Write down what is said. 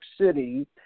City